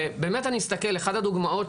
ובאמת אני מסתכל, אחת הדוגמאות